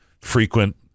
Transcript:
frequent